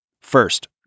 First